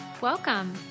Welcome